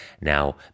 Now